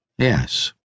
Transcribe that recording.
Yes